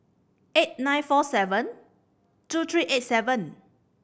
eight nine four seven two three eight seven